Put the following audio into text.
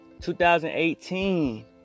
2018